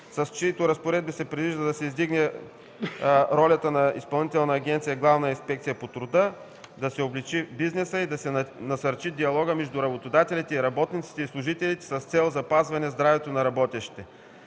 с чиито разпоредби се предвижда да се издигне ролята на Изпълнителната агенция „Главна инспекция по труда”, да се облекчи бизнесът и да се насърчи диалогът между работодатели и работници и служители с цел запазване здравето на работещите.